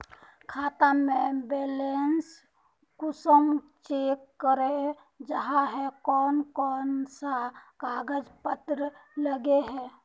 खाता में बैलेंस कुंसम चेक करे जाय है कोन कोन सा कागज पत्र लगे है?